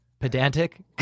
Pedantic